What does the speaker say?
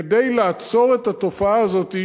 כדי לעצור את התופעה הזאת,